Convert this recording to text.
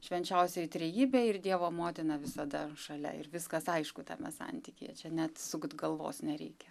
švenčiausioji trejybė ir dievo motina visada šalia ir viskas aišku tame santykyje čia net sukt galvos nereikia